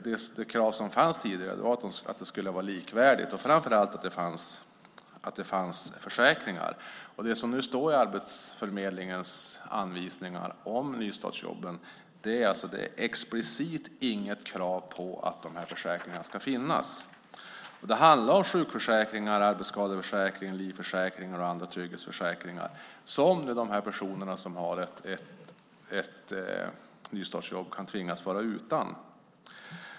Det krav som fanns tidigare var att det skulle vara likvärdiga villkor och framför allt att det skulle finnas försäkringar. Men i Arbetsförmedlingens anvisningar om nystartsjobben finns det inget explicit krav på att försäkringar ska finnas. Det handlar om sjukförsäkring, arbetsskadeförsäkring, livförsäkring och andra trygghetsförsäkringar som de personer som har ett nystartsjobb kan tvingas att vara utan.